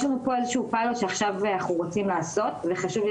יש לנו פה איזשהו פיילוט שעכשיו אנחנו רוצים לעשות וחשוב לי